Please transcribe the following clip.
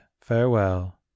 farewell